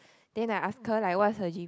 then I ask her like what's her G